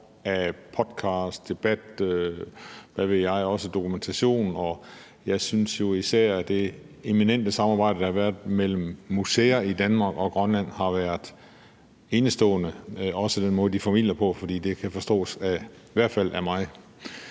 af podcast, debat, dokumentation, og hvad ved jeg, op. Jeg synes jo især, at det eminente samarbejde, der har været mellem museer i Danmark og Grønland, har været enestående, også med hensyn til den måde, de formidler på, for det kan i hvert fald forstås